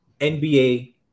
NBA